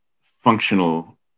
functional